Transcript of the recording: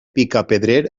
picapedrer